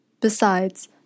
Besides